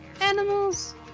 Animals